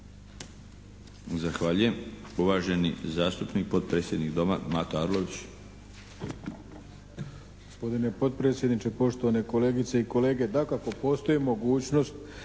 Zahvaljujem. Uvaženi zastupnik, potpredsjednik Doma, Mato Arlović.